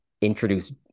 introduce